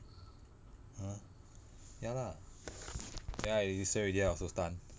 !huh! ya lah ya he say already I also stunned